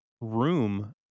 room